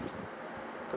to